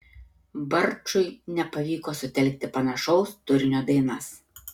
barčui nepavyko sutelkti panašaus turinio dainas